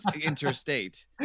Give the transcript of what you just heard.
interstate